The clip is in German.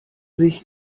sich